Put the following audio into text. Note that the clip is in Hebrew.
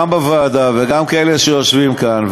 גם בוועדה וגם כאלה שיושבים כאן,